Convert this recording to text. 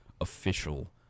official